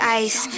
ice